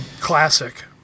Classic